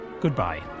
Goodbye